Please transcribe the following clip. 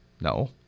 No